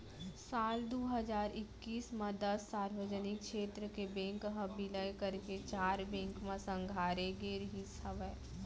साल दू हजार एक्कीस म दस सार्वजनिक छेत्र के बेंक ह बिलय करके चार बेंक म संघारे गे रिहिस हवय